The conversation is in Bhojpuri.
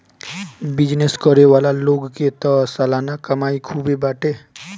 बिजनेस करे वाला लोग के तअ सलाना कमाई खूब बाटे